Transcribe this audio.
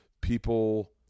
people